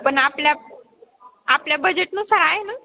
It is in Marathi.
पण आपल्या आपल्या बजेटनुसार आहे ना